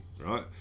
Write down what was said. right